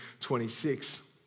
26